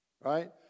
Right